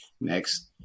next